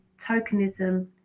tokenism